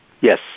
Yes